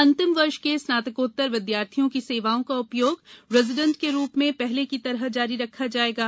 अंतिम वर्ष के स्नातकोत्तर विद्यार्थियों की सेवाओं का उपयोग रेजिडेंट के रूप में पहले की तरह जारी रखा जा सकता है